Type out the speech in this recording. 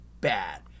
bad